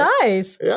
Nice